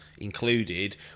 included